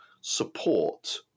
support